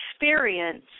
experience